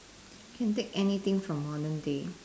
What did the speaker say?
can take anything from modern day